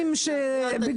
אימאן ח'טיב יאסין (רע"מ,